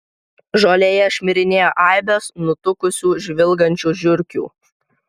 žolėje šmirinėjo aibės nutukusių žvilgančių žiurkių